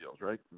right